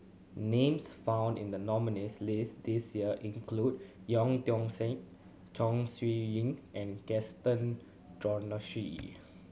names found in the nominees' list this year include Tian Siak Chong Siew Ying and Gaston Dutronquoy